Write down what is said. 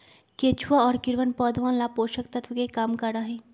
केचुआ और कीड़वन पौधवन ला पोषक तत्व के काम करा हई